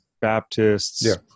Baptists